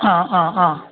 ꯑꯪ ꯑꯪ ꯑꯪ